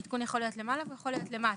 העדכון יכול להיות למעלה ויכול להיות למטה.